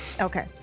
Okay